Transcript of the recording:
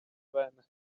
van